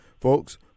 Folks